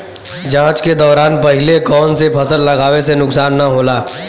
जाँच के दौरान पहिले कौन से फसल लगावे से नुकसान न होला?